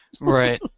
right